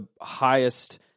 highest